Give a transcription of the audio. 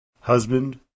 Husband